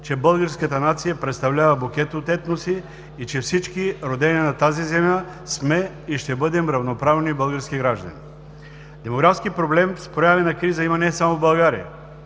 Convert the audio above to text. че българската нация представлява букет от етноси и че всички, родени на тази земя, сме и ще бъдем равноправни български граждани. Демографски проблем с прояви на криза има не само в България,